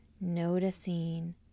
noticing